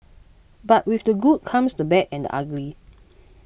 but with the good comes the bad and ugly